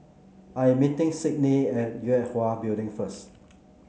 I am meeting Sydney at Yue Hwa Building first